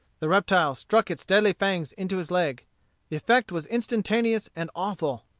the reptile struck its deadly fangs into his leg. the effect was instantaneous and awful.